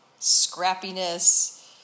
scrappiness